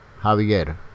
Javier